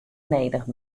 nedich